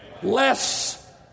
Less